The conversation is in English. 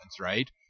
right